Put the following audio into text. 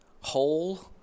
whole